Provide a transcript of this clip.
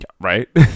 Right